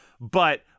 but-